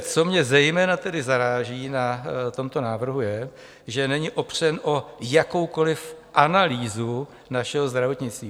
Co mě zejména zaráží na tomto návrhu, je, že není opřen o jakoukoliv analýzu našeho zdravotnictví.